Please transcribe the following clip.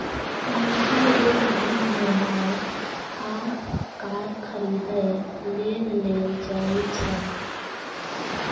निजी ऋण गृह निर्माण आ कार खरीदै लेल लेल जाइ छै